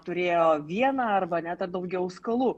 turėjo vieną arba net ar daugiau skolų